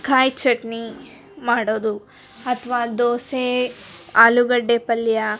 ಕಾಯಿ ಚಟ್ನಿ ಮಾಡೋದು ಅಥವಾ ದೋಸೆ ಆಲುಗಡ್ಡೆ ಪಲ್ಯ